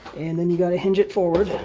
and then you got to hinge it forward.